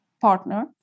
partner